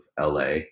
LA